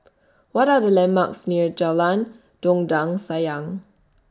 What Are The landmarks near Jalan Dondang Sayang